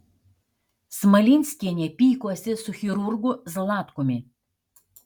smalinskienė pykosi su chirurgu zlatkumi